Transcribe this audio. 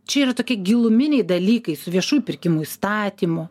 čia yra tokie giluminiai dalykai su viešųjų pirkimų įstatymu